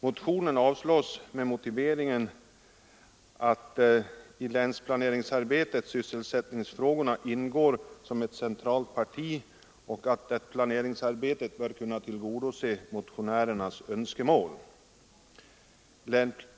Motionen avstyrks med motiveringen att ”i länsplaneringsarbetet sysselsättningsfrågorna ingår som ett centralt parti och att det planeringsarbetet bör kunna tillgodse motionärernas önskemål”.